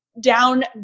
down